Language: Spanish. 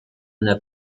una